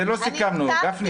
את זה לא סיכמנו, גפני.